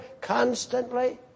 constantly